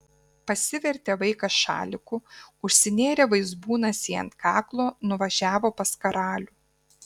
pasivertė vaikas šaliku užsinėrė vaizbūnas jį ant kaklo nuvažiavo pas karalių